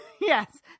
Yes